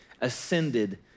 ascended